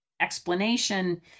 explanation